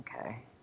Okay